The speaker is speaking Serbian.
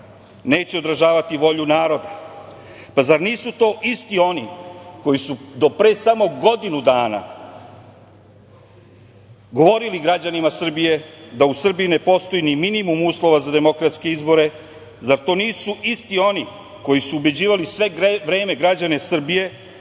neće odražavati volju narodu. Pa zar nisu to isti oni koji su do pre samo godinu dana govorili građanima Srbije da u Srbiji ne postoji ni minimum uslova za demokratske izbore? Zar to nisu isti oni koji su sve vreme ubeđivali građane Srbije